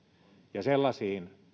ja sellaisiin